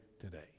today